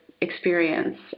experience